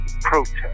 protest